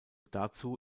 dazu